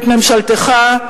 את ממשלתך,